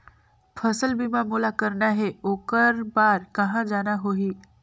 फसल बीमा मोला करना हे ओकर बार कहा जाना होही?